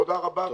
תודה רבה.